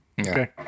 okay